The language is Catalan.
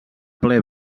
ple